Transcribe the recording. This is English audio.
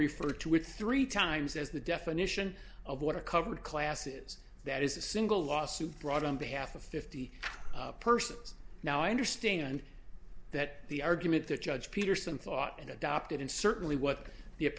refer to it three times as the definition of what a covered class is that is a single lawsuit brought on behalf of fifty persons now understand that the argument that judge peterson thought and adopted and certainly what the